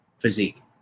physique